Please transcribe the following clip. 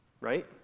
right